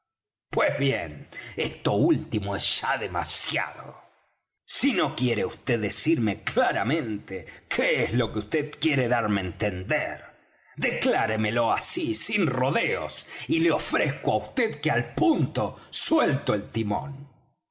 pues bien esto último es ya demasiado si no quiere vd decirme claramente qué es lo que vd quiere darme á entender decláremelo así sin rodeos y le ofrezco á vd que al punto suelto el timón